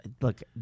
Look